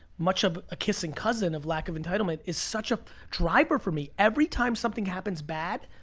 much of a kissing cousin of lack of entitlement, is such a driver for me. every time something happens bad,